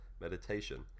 meditation